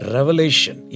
Revelation